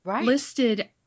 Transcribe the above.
listed